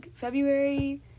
February